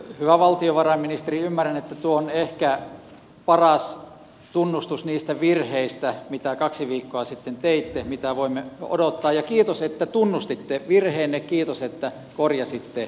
hyvä valtiovarainministeri ymmärrän että tuo on ehkä paras tunnustus mitä voimme odottaa niistä virheistä mitä kaksi viikkoa sitten teitte ja kiitos että tunnustitte virheenne kiitos että korjasitte esitystänne